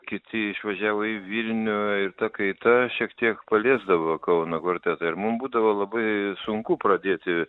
kiti išvažiavo į vilnių ir ta kaita šiek tiek paliesdavo kauno kvartetą ir mum būdavo labai sunku pradėti